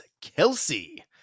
Kelsey